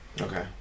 Okay